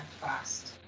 fast